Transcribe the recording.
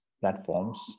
platforms